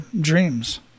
dreams